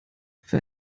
für